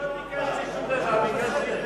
לא ביקשתי שום דבר, ביקשתי לדבר.